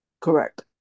Correct